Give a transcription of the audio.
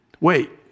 Wait